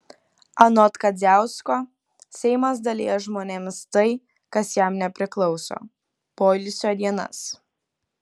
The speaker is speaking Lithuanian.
anot kadziausko seimas dalija žmonėms tai kas jam nepriklauso poilsio dienas